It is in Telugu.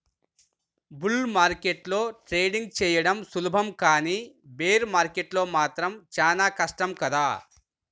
బుల్ మార్కెట్లో ట్రేడింగ్ చెయ్యడం సులభం కానీ బేర్ మార్కెట్లో మాత్రం చానా కష్టం కదా